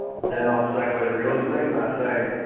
then i'll segue to real estate by saying,